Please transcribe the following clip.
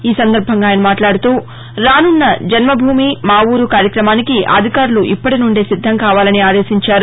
ఈ సందర్బంగా ఆయన మాట్లాడుతూరానున్న జన్మభూమి మావూరు కార్యక్రమానికి అధికారులు ఇప్పటీనుందే సిద్దం కావాలని ఆదేశించారు